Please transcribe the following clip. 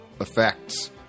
effects